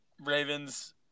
Ravens